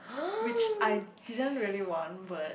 which I didn't really want but